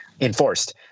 enforced